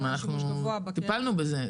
אנחנו טיפלנו בזה,